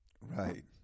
Right